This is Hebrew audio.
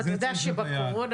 מירב בן ארי,